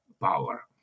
power